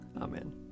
Amen